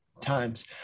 times